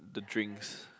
the drinks